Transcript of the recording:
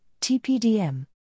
TPDM